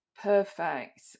Perfect